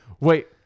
Wait